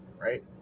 right